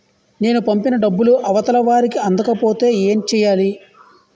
నేను పంపిన డబ్బులు అవతల వారికి అందకపోతే ఏంటి చెయ్యాలి?